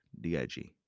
D-I-G